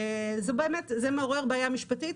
זה באמת מעורר בעיה משפטית,